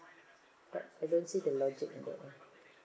but I don't see the logic in that eh